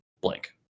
blank